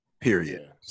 period